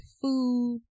food